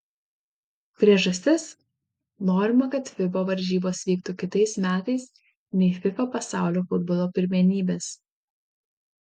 priežastis norima kad fiba varžybos vyktų kitais metais nei fifa pasaulio futbolo pirmenybės